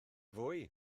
fwy